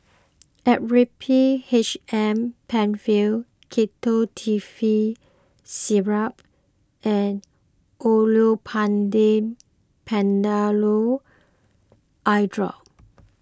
Actrapid H M Penfill Ketotifen Syrup and Olopatadine Patanol Eyedrop